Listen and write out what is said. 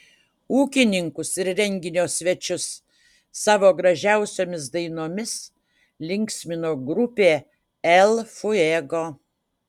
ūkininkus ir renginio svečius savo gražiausiomis dainomis linksmino grupė el fuego